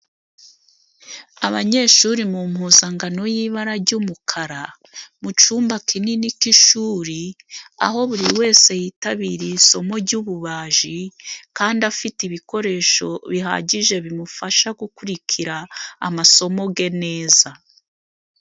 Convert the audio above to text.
Abanyeshuri mu mpuzangano y'ibara jy'umukara, mu cumba kinini k'ishuri, aho buri wese yitabiriye isomo ry'ububaji kandi afite ibikoresho bihagije bimufasha gukurikira amasomo ge neza.